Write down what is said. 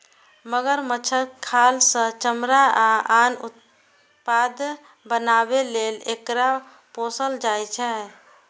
मगरमच्छक खाल सं चमड़ा आ आन उत्पाद बनाबै लेल एकरा पोसल जाइ छै